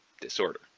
disorder